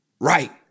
right